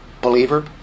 Believer